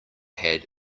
had